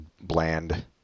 bland